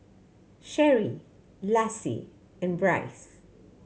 Cherie Lassie and Brice